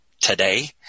today